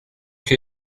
chi